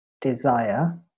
Desire